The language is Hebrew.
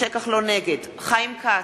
נגד חיים כץ,